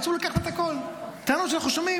בקיצור, הוא לקח לה את הכול, טענות שאנחנו שומעים.